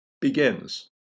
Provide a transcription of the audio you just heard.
begins